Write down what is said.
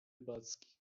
rybackich